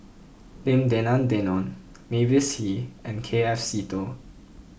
Lim Denan Denon Mavis Hee and K F Seetoh